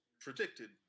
predicted